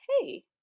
hey